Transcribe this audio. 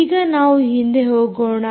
ಈಗ ನಾವು ಹಿಂದೆ ಹೋಗೋಣ